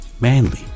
manly